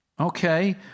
okay